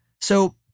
so-